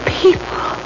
people